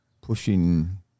pushing